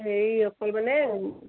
হেৰি অকল মানে